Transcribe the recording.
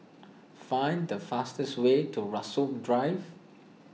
find the fastest way to Rasok Drive